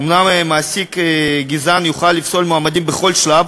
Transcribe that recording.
אומנם מעסיק גזען יוכל לפסול מועמדים בכל שלב,